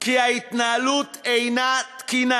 כי ההתנהלות אינה תקינה,